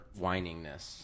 whiningness